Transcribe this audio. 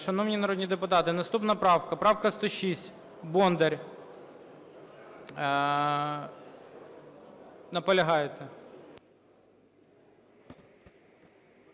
Шановні народні депутати, наступна правка – правка 106, Бондар. Наполягаєте?